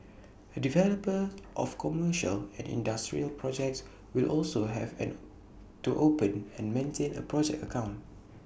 the developers of commercial and industrial projects will also have an no to open and maintain A project account